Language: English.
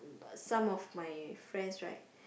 but some of my friends right